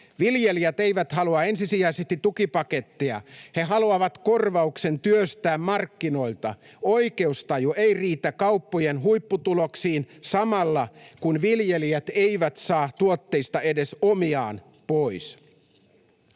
Viljelijät eivät halua ensisijaisesti tukipaketteja, he haluavat korvauksen työstään markkinoilta. Oikeustaju ei riitä kauppojen huipputuloksiin samalla, kun viljelijät eivät saa tuotteista edes omiaan pois.